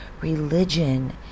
Religion